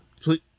Please